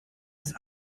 ist